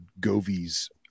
govies